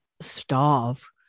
starve